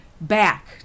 back